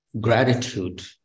gratitude